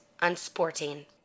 unsporting